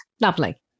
Lovely